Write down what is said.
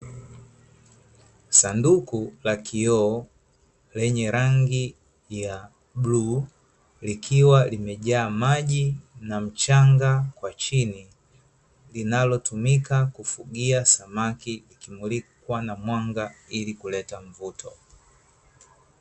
Sanduku la kioo lenye rangi ya bluu, likiwa limejaa maji na mchanga kwa chini, linalotumika kufugia samaki na kumulikwa na mwanga ili kuleta mvuto.